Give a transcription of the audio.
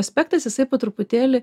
aspektas jisai po truputėlį